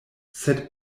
sed